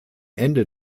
ende